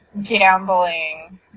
gambling